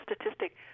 statistic